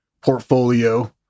portfolio